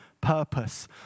purpose